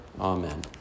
Amen